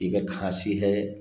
कि अगर खाँसी है